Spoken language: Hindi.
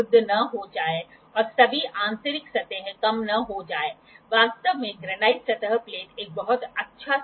39° 9 15" के एंगल को निम्नलिखित स्टैंडर्ड एंगल गेजों की सहायता से मापा जाना है